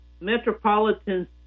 metropolitan